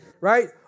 right